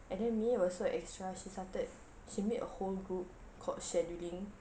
and then may was so extra he started he made a whole group called scheduling